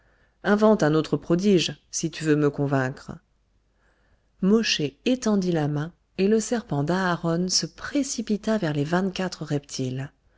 invente un autre prodige si tu veux me convaincre mosché étendit la main et le serpent d'aharon se précipita vers les